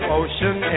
ocean